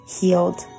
healed